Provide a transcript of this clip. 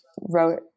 wrote